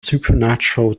supernatural